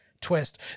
twist